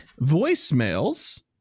voicemails